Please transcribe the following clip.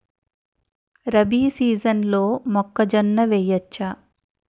రబీ సీజన్లో మొక్కజొన్న వెయ్యచ్చా?